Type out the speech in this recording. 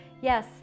Yes